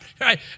Right